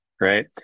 right